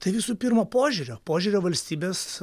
tai visų pirma požiūrio požiūrio valstybės